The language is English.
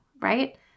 right